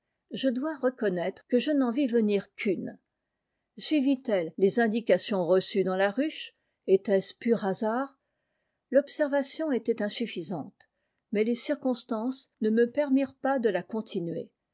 je dois reconnaître que je n'en vis venir qu'une suivit elle les indications reçues dans la ruche était-ce pur hasard l'observation était insuffisante mais les circonstances ne me permirent pas de la continuer